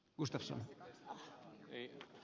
mustosen kohteisiin